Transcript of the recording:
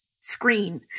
screen